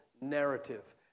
narrative